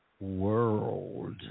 world